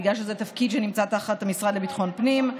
בגלל שזה תפקיד שנמצא תחת המשרד לביטחון הפנים.